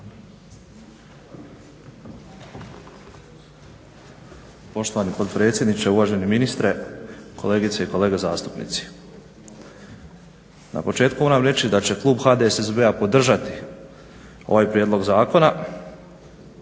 Poštovani potpredsjedniče, uvaženi ministre, kolegice i kolege zastupnici. Na početku moram reći da će klub HDSSB-a podržati ovaj prijedlog zakona